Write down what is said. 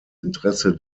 interesse